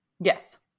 Yes